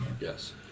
Yes